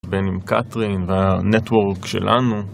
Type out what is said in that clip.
בין עם קתרין והנטוורק שלנו